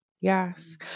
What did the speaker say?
Yes